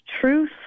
truth